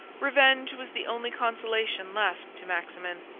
revenge was the only consolation left to maximin,